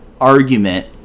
argument